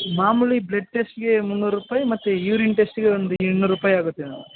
ಮಾಮೂಲಿ ಬ್ಲೆಡ್ ಟೆಸ್ಟ್ಗೆ ಮುನ್ನೂರು ರೂಪಾಯಿ ಮತ್ತೆ ಯೂರಿನ್ ಟೆಸ್ಟ್ಗೆ ಒಂದು ಇನ್ನೂರು ರೂಪಾಯಿ ಆಗುತ್ತೆ